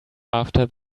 after